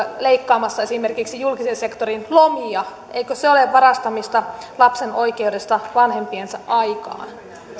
leikkaamassa esimerkiksi julkisen sektorin lomia eikö se ole varastamista lapsen oikeudesta vanhempiensa aikaan